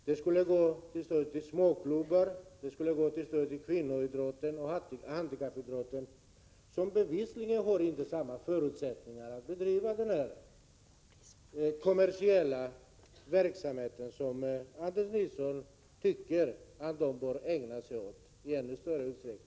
De skulle gå till stöd till småklubbar, till kvinnoidrotten och till handikappidrotten, som bevisligen inte har samma förutsättningar att bedriva den kommersiella verksamhet som Anders Nilsson tycker att de bör ägna sig åt i ännu större utsträckning.